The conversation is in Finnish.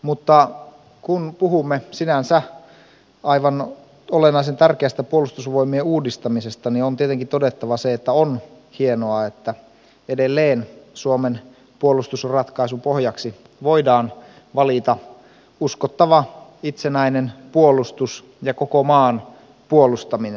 mutta kun puhumme sinänsä aivan olennaisen tärkeästä puolustusvoimien uudistamisesta niin on tietenkin todettava se että on hienoa että edelleen suomen puolustusratkaisun pohjaksi voidaan valita uskottava itsenäinen puolustus ja koko maan puolustaminen